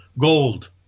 gold